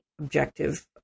objective